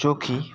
जो कि